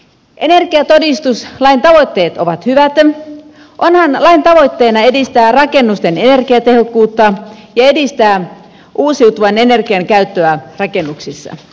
energiatodistuslain tavoitteet ovat hyvät onhan lain tavoitteena edistää rakennusten energiatehokkuutta ja edistää uusiutuvan energian käyttöä rakennuksissa